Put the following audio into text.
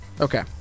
Okay